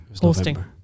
hosting